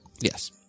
Yes